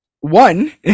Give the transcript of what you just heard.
one